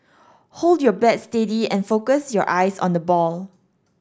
hold your bat steady and focus your eyes on the ball